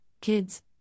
kids